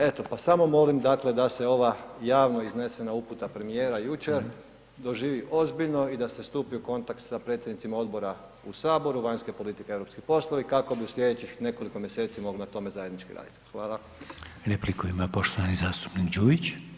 Eto, pa samo molim dakle da se ova javno iznesena uputa premijera jučer doživi ozbiljno i da se stupi u kontakt sa predsjednicima odbora u Saboru, vanjske politike i europski poslovi kako bi u sljedećih nekoliko mjeseci mogli na tome zajednički raditi.